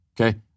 Okay